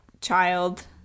child